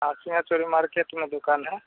हाँ सीमाचोरी मार्केट में दुकान है